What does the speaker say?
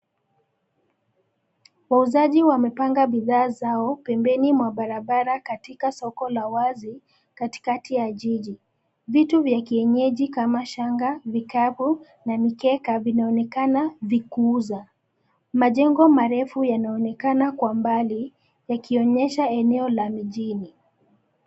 Wauzaji wamepanga bidhaa zao pembeni mwa barabara katika solo la wazi katikati mwa jiji. Vitu vya kienyeji kama shanga, vikapu na mikeka vinaonekana vikiuzwa. Majengo marefu yanaonekana kwa umbali, yakionyesha eneo la mjini.